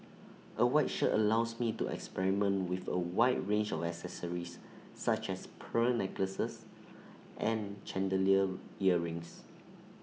A white shirt allows me to experiment with A wide range of accessories such as pearl necklaces and chandelier earrings